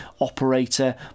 operator